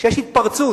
כשיש התפרצות,